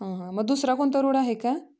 मग दुसरा कोणता रोड आहे का